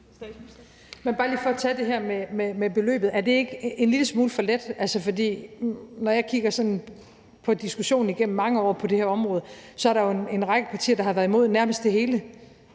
om det ikke er en lille smule for let. For når jeg kigger på diskussionen igennem mange år på det her område, er der jo en række partier, der har været imod nærmest det hele,